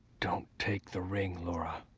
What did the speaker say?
don't take the ring, laura.